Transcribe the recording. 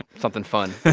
something fun